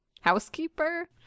housekeeper